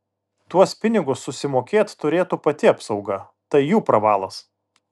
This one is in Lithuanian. tuos pinigus susimokėt turėtų pati apsauga tai jų pravalas